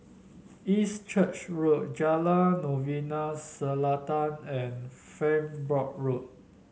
East Church Road Jalan Novena Selatan and Farnborough Road